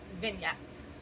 vignettes